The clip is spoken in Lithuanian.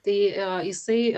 tai jisai